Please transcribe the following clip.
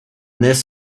this